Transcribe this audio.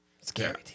Scary